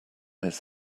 his